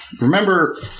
remember